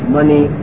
money